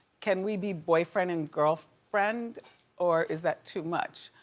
can we be boyfriend and girlfriend or is that too much?